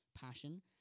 passion